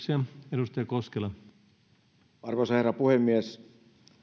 arvoisa herra puhemies